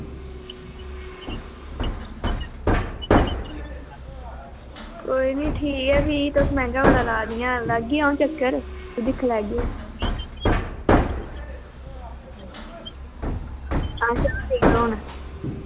कोई निं ठीक ऐ फ्ही तुस मैंह्गा बड़ा लादियां लाग्गी अ'ऊं चक्कर ते दिक्खी लैग्गी अच्छा ठीक ऐ हून